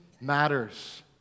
matters